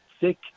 sick